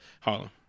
Harlem